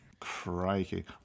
Crikey